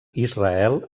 israel